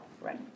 right